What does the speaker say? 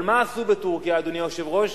אבל מה עשו בטורקיה, אדוני היושב-ראש?